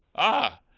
ah!